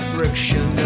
friction